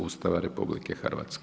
Ustava RH.